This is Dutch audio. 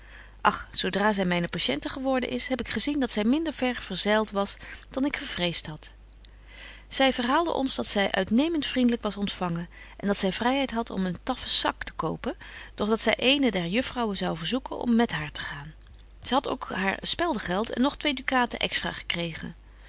och zo dra zy myne patiente geworden is heb ik gezien dat zy minder ver verzeilt was dan betje wolff en aagje deken historie van mejuffrouw sara burgerhart ik gevreest had zy verhaalde ons dat zy uitnement vriendlyk was ontfangen en dat zy vryheid hadt om een taffen sak te kopen doch dat zy eene der juffrouwen zou verzoeken om met haar te gaan zy hadt ook haar speldegeld en nog twee ducaten extra gekregen